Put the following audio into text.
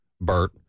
Bert